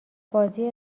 بازی